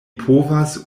povas